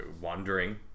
wandering